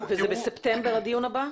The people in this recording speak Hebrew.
וזה בספטמבר הדיון הבא?